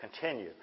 continue